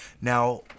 now